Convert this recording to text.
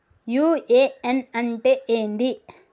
UAN అంటే ఏంది?